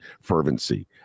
fervency